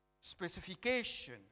specification